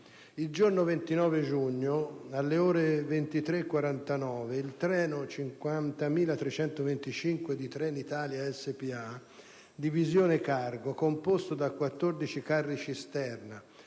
Il giorno 29 giugno, alle 23,49, il treno 50325 di Trenitalia Spa-Divisione cargo - composto da 14 carri cisterna